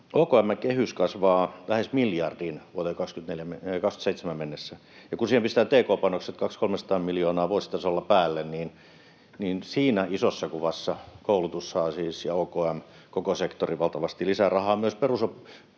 OKM:n kehys kasvaa lähes miljardin vuoteen 27 mennessä, ja kun siihen pistetään tk-panokset, 200—300 miljoonaa vuositasolla päälle, niin siinä isossa kuvassa koulutus saa, OKM ja koko sektori, valtavasti lisärahaa myös tutkimukseen.